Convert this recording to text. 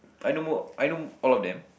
I know mo~ I know all of them